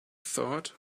thought